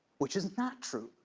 which is not true.